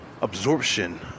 absorption